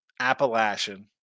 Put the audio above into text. Appalachian